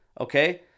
okay